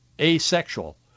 asexual